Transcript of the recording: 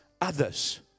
others